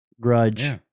grudge